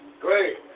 Great